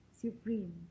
supreme